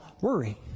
worry